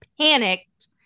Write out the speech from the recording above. panicked